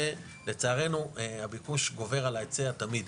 ולצערנו הביקוש גובר על ההיצע תמיד.